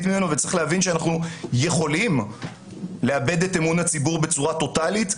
ממנו וצריך להבין שאנחנו יכולים לאבד את אמון הציבור בצורה טוטלית.